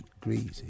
greasy